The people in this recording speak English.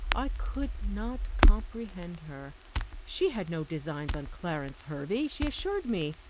i could not comprehend her she had no designs on clarence hervey, she assured me.